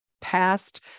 past